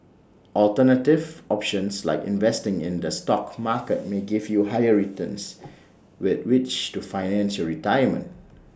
alternative options like investing in the stock market may give you higher returns with which to finance your retirement